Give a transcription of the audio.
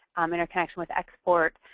um interconnection with export.